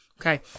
Okay